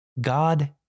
God